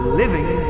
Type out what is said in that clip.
living